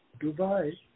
Dubai